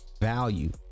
value